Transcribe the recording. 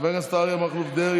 חברי הכנסת אריה מכלוף דרעי,